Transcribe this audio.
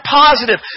positive